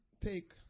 take